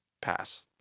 pass